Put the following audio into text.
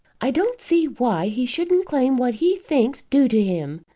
i don't see why he shouldn't claim what he thinks due to him,